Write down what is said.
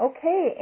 Okay